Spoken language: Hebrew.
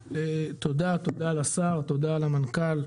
אדוני יושב-הראש, תודה לשר, תודה למנכ"ל.